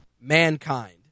Mankind